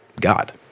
God